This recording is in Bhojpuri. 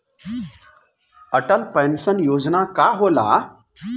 अटल पैंसन योजना का होला?